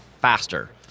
faster